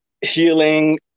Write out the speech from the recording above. healing